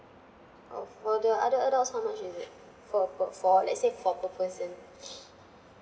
oh for the other adults how much is it for per for let's say for per person